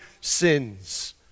sins